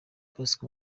bosco